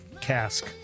cask